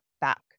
back